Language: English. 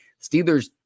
Steelers